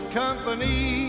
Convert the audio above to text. company